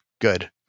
good